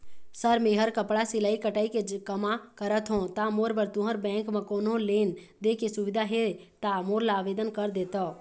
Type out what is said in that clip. Sir मेहर कपड़ा सिलाई कटाई के कमा करत हों ता मोर बर तुंहर बैंक म कोन्हों लोन दे के सुविधा हे ता मोर ला आवेदन कर देतव?